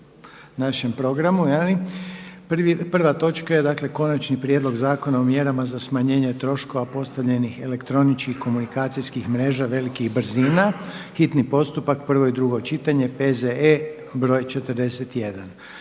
našem programu. Prva točka je: - Konačni prijedlog Zakona o mjerama za smanjenje troškova postavljenih elektroničkih komunikacijskih mreža velikih brzina, hitni postupak, prvo i drugo čitanje, P.Z.E.BR.41.